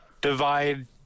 divide